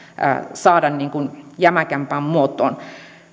saada jämäkämpään muotoon